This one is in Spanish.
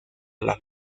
las